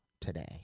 today